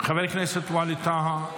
חבר הכנסת ווליד טאהא,